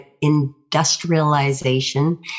industrialization